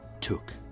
took